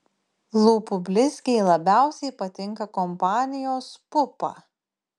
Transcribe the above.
lūpų blizgiai labiausiai patinka kompanijos pupa